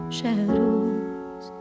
shadows